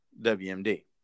WMD